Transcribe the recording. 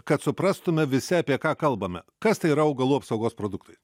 kad suprastume visi apie ką kalbame kas tai yra augalų apsaugos produktai